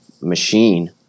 Machine